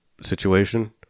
situation